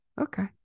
okay